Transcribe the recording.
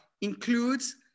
includes